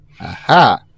aha